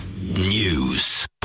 News